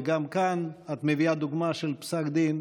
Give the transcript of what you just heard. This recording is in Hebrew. וגם כאן את מביאה דוגמה של פסק דין.